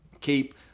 keep